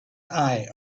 eye